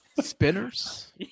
Spinners